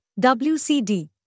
WCD